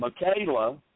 Michaela